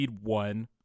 one